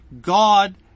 God